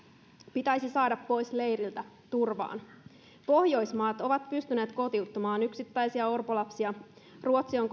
pitäisi saada pois leiriltä turvaan pohjoismaat ovat pystyneet kotiuttamaan yksittäisiä orpolapsia ruotsi on